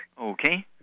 Okay